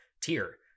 tier